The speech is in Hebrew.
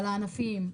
על הענפים,